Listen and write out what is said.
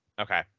okay